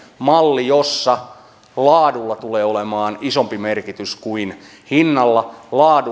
malli jossa laadulla tulee olemaan isompi merkitys kuin hinnalla